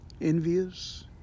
envious